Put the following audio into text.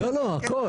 הכול.